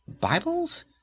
Bibles